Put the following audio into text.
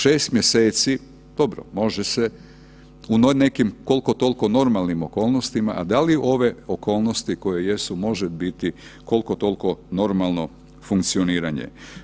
6 mjeseci, dobro, može se u nekim, koliko-toliko normalnim okolnostima, a da li ove okolnosti koje jesu, može biti koliko-toliko normalno funkcioniranje.